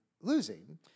losing